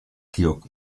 georg